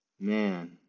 man